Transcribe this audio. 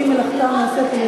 צדיקים מלאכתם נעשית בידי אחרים.